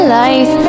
life